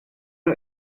nhw